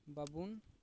ᱵᱟᱵᱚᱱ